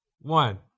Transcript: one